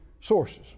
sources